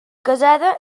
casada